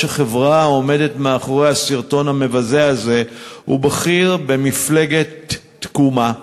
החברה העומדת מאחורי הסרטון המבזה הזה הוא בכיר במפלגת תקומה,